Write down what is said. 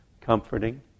comforting